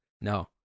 No